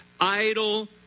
idle